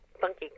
funky